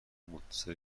متصل